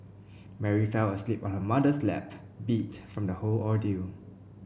Mary fell asleep on her mother's lap beat from the whole ordeal